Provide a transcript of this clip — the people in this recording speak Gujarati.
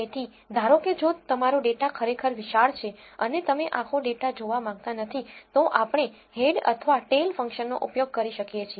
તેથી ધારો કે જો તમારો ડેટા ખરેખર વિશાળ છે અને તમે આખો ડેટા જોવા માંગતા નથી તો આપણે હેડ અથવા ટેઇલ ફંક્શનનો ઉપયોગ કરી શકીએ છીએ